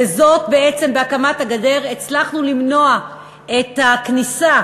בזאת בעצם, בהקמת הגדר, הצלחנו למנוע את הכניסה